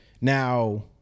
now